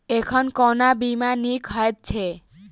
एखन कोना बीमा नीक हएत छै?